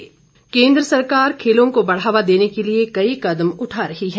खेलों इंडिया केंद्र सरकार खेलों को बढ़ावा देने के लिए कई कदम उठा रही है